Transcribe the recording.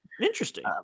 Interesting